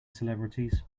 celebrities